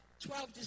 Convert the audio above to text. Twelve